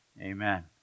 amen